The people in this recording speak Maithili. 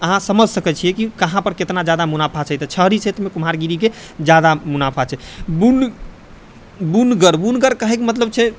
अहाँ समझि सकै छियै कि कहाँपर केतना जायदा मुनाफा छै तऽ शहरी क्षेत्रमे कुम्हारगिरीके जादा मुनाफा छै बुन बुनगर बुनकर कहैके मतलब छै